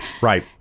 Right